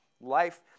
Life